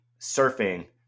surfing